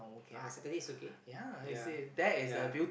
ah Saturday is okay ya ya